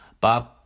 Bob